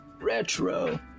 Retro